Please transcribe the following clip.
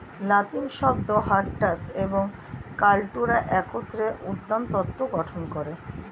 লাতিন শব্দ হরটাস এবং কাল্টুরা একত্রে উদ্যানতত্ত্ব গঠন করে